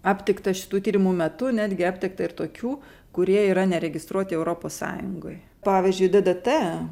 aptikta šitų tyrimų metu netgi aptikta ir tokių kurie yra neregistruoti europos sąjungoj pavyzdžiui ddt